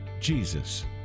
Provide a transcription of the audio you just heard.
jesus